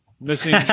missing